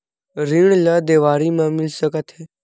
ऋण ला देवारी मा मिल सकत हे